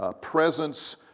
presence